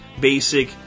basic